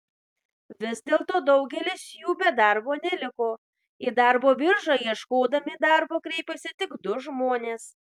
vis dėlto daugelis jų be darbo neliko į darbo biržą ieškodami darbo kreipėsi tik du žmonės